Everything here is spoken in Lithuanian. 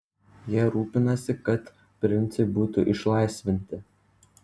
jie rūpinasi kad princai būtų išlaisvinti